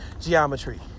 geometry